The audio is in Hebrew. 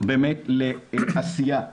באמת לעשייה.